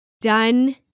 done